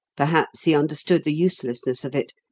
perhaps he understood the uselessness of it,